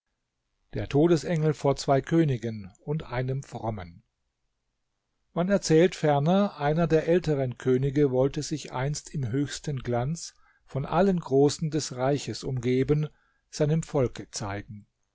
der todesengel vor zwei königen und einem frommen man erzählt ferner einer der älteren könige wollte sich einst im höchsten glanz von allen großen des reiches umgeben seinem volke zeigen